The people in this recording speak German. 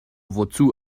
wozu